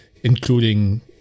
including